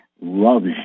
Loves